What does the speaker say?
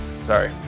Sorry